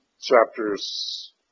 chapters